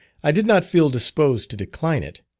i did not feel disposed to decline it,